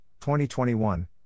2021